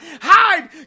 hide